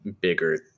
bigger